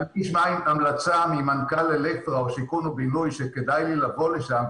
אם אני אשמע המלצה ממנכ"ל אלקטרה או שיכון ובינוי שכדאי לי לבוא לשם,